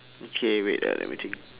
okay wait ah let me think